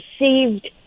received